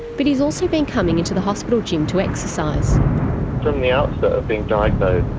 but he's also been coming into the hospital gym to exercise. from the outset of being diagnosed,